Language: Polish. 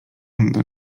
zęby